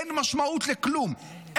אין משמעות לכלום,